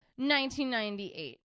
1998